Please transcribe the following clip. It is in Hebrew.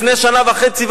לפני שנה וחצי,